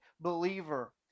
believer